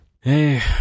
hey